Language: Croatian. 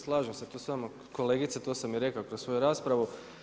Slažem se s vama kolegice, to sam i rekao kroz svoju raspravu.